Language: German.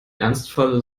ernstfall